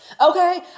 okay